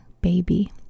baby